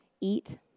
eat